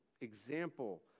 example